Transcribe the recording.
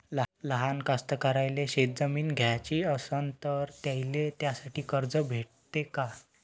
लहान कास्तकाराइले शेतजमीन घ्याची असन तर त्याईले त्यासाठी कर्ज भेटते का?